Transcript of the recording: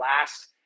last